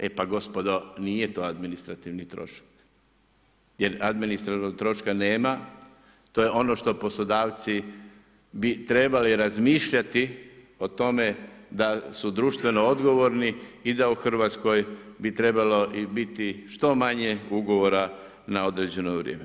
E pa gospodo, nije to administrativni trošak jer administrativnog troška nema, to je ono što bi poslodavci bi trebali razmišljati o tome da su društveno odgovorni i da u Hrvatskoj bi trebalo i biti što manje ugovora na određeno vrijeme.